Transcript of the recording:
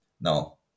No